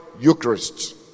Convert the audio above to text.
Eucharist